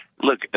look